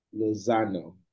Lozano